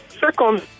second